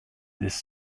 this